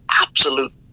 absolute